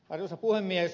arvoisa puhemies